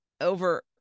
over